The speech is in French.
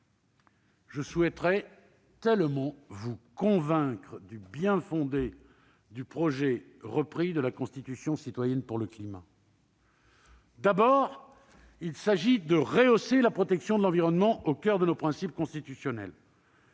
Je souhaiterais tellement vous convaincre du bien-fondé du projet repris de la Constitution citoyenne pour le climat ! Il s'agit, tout d'abord, de rehausser la protection de l'environnement au coeur de nos principes constitutionnels.